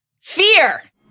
fear